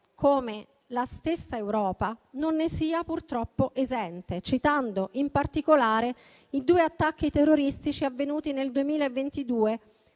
come la stessa Europa non ne sia purtroppo esente, citando in particolare i due attacchi terroristici avvenuti nel 2022